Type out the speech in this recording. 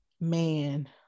Man